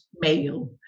male